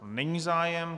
Není zájem.